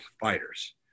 fighters